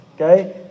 Okay